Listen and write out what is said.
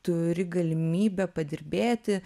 turi galimybę padirbėti